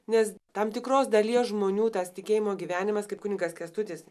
nes tam tikros dalies žmonių tas tikėjimo gyvenimas kaip kunigas kęstutis